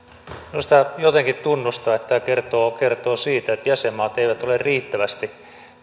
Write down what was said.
minusta jotenkin tuntuu että tämä kertoo kertoo siitä että jäsenmaat eivät ole riittävästi